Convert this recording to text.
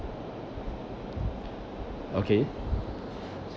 okay